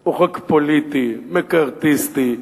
הוא חוק פוליטי, מקארתיסטי.